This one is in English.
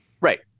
Right